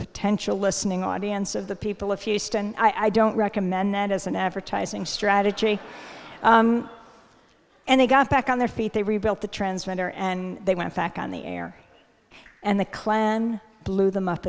potential listening audience of the people of houston i don't recommend that as an advertising strategy and they got back on their feet they rebuilt the transmitter and they went back on the air and the klan blew them up